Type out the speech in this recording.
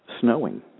snowing